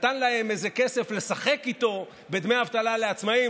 נתן להם איזה כסף לשחק איתו ודמי אבטלה לעצמאים.